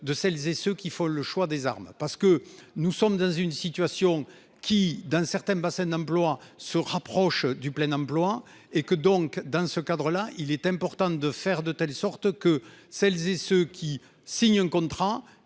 de celles et ceux qui font le choix des armes parce que nous sommes dans une situation qui dans certains bassins d'emploi se rapproche du plein emploi et que donc dans ce cadre-là, il est important de faire de telle sorte que celles et ceux qui signent un contrat